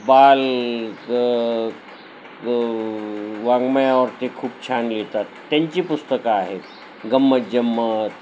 बाल ग ग वाङयावरती खूप छान लिहितात त्यांची पुस्तकं आहेत गम्मत जम्मत